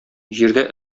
җирдә